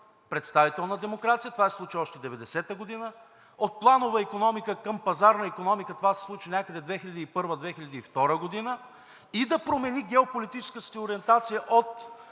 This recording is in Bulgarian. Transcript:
представителна демокрация – това се случи още 1990 г. От планова икономика към пазарна икономика – това се случи някъде 2001 – 2002 г., и да промени геополитическата си ориентация от